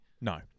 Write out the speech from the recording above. no